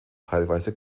teilweise